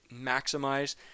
maximize